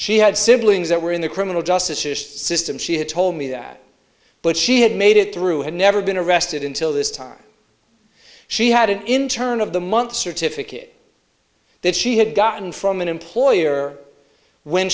she had siblings that were in the criminal justice system she had told me that but she had made it through had never been arrested until this time she had it in turn of the month certificate that she had gotten from an employer when